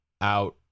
out